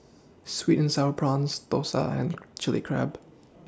Sweet and Sour Prawns Thosai and Chili Crab